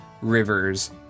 rivers